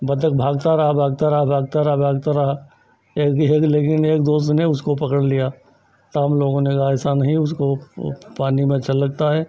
बत्तख भागता रहा भागता रहा भागता रहा भागता रहा एक लेकिन एक दोस्त ने उसको पकड़ लिया तो हमलोगों ने कहा ऐसा नहीं उसको पानी में अच्छा लगता है